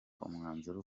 umwanzuro